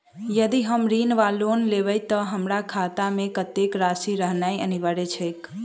यदि हम ऋण वा लोन लेबै तऽ हमरा खाता मे कत्तेक राशि रहनैय अनिवार्य छैक?